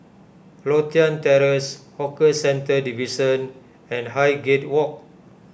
Lothian Terrace Hawker Centres Division and Highgate Walk